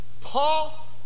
Paul